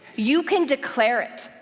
you can declare it.